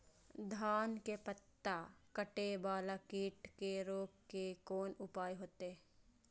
धान के पत्ता कटे वाला कीट के रोक के कोन उपाय होते?